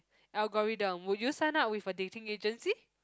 algorithm would you sign up with a dating agency